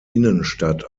innenstadt